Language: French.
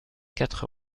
quatre